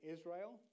Israel